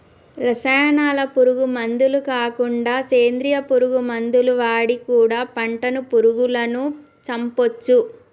రసాయనాల పురుగు మందులు కాకుండా సేంద్రియ పురుగు మందులు వాడి కూడా పంటను పురుగులను చంపొచ్చు